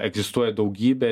egzistuoja daugybė